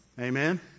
Amen